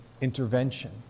intervention